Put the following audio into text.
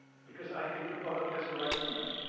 because, i think the public has a right to know.